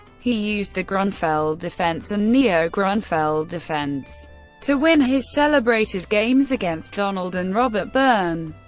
he used the grunfeld defense and neo-grunfeld defense to win his celebrated games against donald and robert byrne,